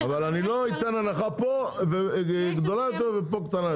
אבל אני לא אתן הנחה פה גדולה יותר ופה קטנה יותר.